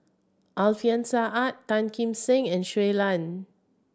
Alfian Sa'at Tan Kim Seng and Shui Lan